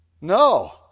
No